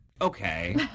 Okay